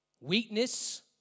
weakness